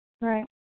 Right